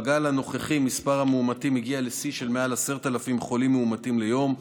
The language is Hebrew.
בגל הנוכחי מספר המאומתים הגיע לשיא של מעל 10,000 חולים מאומתים ליום,